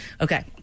Okay